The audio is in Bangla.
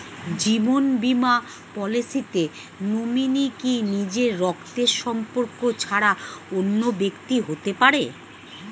জীবন বীমা পলিসিতে নমিনি কি নিজের রক্তের সম্পর্ক ছাড়া অন্য ব্যক্তি হতে পারে?